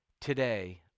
today